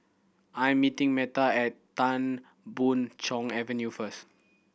I'm meeting Meta at Tan Boon Chong Avenue first